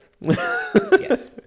Yes